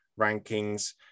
rankings